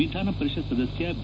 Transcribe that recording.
ವಿಧಾನಪರಿಷತ್ ಸದಸ್ಯ ಬಿ